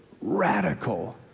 radical